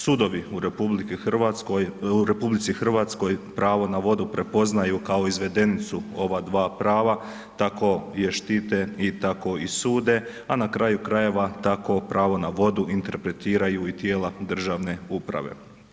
Sudovi u RH pravo na vodu prepoznaju kao izvedenicu ova dva prava, tako je štite i tako i sude, a na kraju krajeva, tako pravo na vodu interpretiraju i tijela državne uprave.